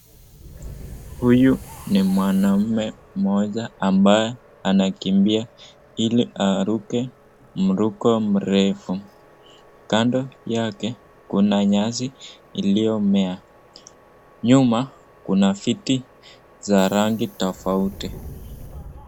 Huyu ni mwanaume mmoja ambaye anakimbia ili aruke mruko mrefu. Kando yake kuna nyasi iliyomea. Nyuma kuna viti za rangi tofauti.